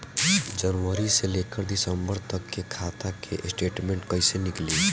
जनवरी से लेकर दिसंबर तक के खाता के स्टेटमेंट कइसे निकलि?